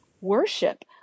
worship